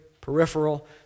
peripheral